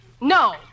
No